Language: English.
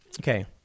Okay